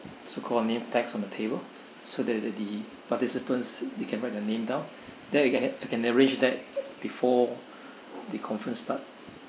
so call name tags on the table so that the participants they can write their name down there you can you can arrange that before the conference start